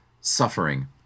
suffering